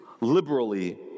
liberally